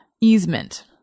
easement